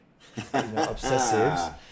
obsessives